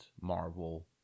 Marvel